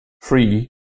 free